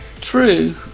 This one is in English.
True